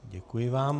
Děkuji vám.